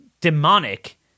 demonic